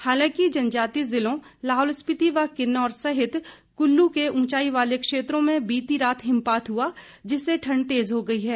हालांकि जनजातीय जिलों लाहौल स्पीति व किन्नौर सहित कुल्लु के उंचाई वाले क्षेत्रों में बीती रात हिमपात हुआ जिससे ठंड तेज हो गई है